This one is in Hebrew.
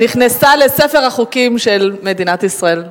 נכנסה לספר החוקים של מדינת ישראל.